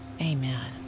amen